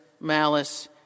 malice